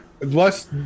less